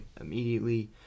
immediately